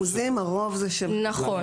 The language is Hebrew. באחוזים, הרוב זה של --- נכון.